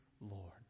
Lord